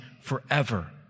forever